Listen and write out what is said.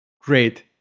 Great